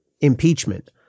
impeachment